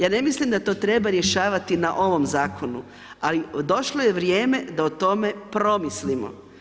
Ja ne mislim da to treba rješavati na ovom zakonu, ali došlo je vrijeme da o tome promislimo.